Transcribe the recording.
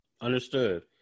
Understood